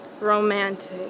romantic